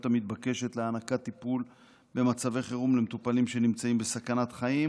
המתבקשת להענקת טיפול במצבי חירום למטופלים שנמצאים בסכנת חיים